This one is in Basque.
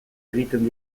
egiten